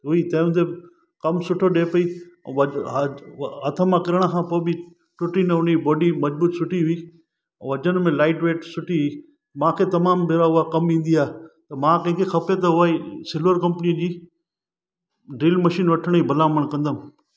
हुई तंहि हूंदे कमु सुठो ॾिए पई ऐं हथ मां किरण खां पोइ बि टूटी न हुनजी बॉडी मजबूत सुठी हुई वजन में लाइट वेट सुठी हुइ मांखे तमामु ॿिए मां उअ कमु ईंदी आहे त मां कंहिंखे खपे त उहेई सिलवर कंपनी जी ड्रिल मशीन वठणी बलामण कंदुमि